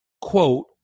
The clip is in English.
quote